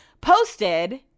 posted